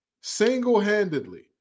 single-handedly